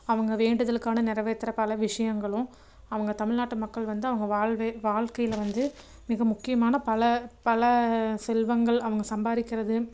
அவங்க வேண்டுதலுக்கான நிறவேத்துற பல விஷயங்களும் அவங்க தமிழ்நாட்டு மக்கள் வந்து அவங்க வாழ்வே வாழ்க்கையில வந்து மிக முக்கியமான பல பல செல்வங்கள் அவங்க சம்பாதிக்கிறது